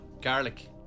garlic